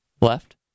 left